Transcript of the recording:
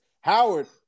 Howard